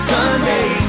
Sunday